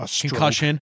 concussion